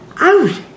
out